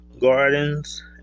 gardens